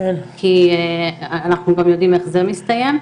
כי אנחנו גם יודעים איך זה מסתיים.